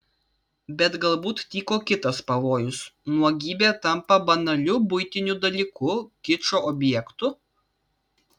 bet galbūt tyko kitas pavojus nuogybė tampa banaliu buitiniu dalyku kičo objektu